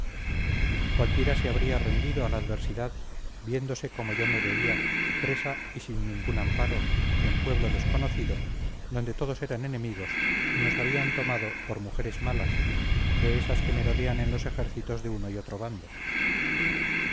cualquiera se habría rendido a la adversidad viéndose como yo me veía presa y sin ningún amparo en pueblo desconocido donde todos eran enemigos y nos habían tomado por mujeres malas de esas que merodean en los ejércitos de uno otro bando